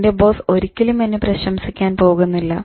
എന്റെ ബോസ്സ് ഒരിക്കലും എന്നെ പ്രശംസിക്കാൻ പോകുന്നില്ല